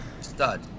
stud